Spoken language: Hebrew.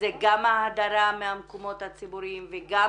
זה גם ההדרה מהמקומות הציבוריים וגם